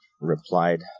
replied